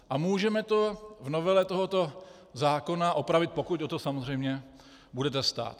A můžeme to v novele tohoto zákona opravit, pokud o to samozřejmě budete stát.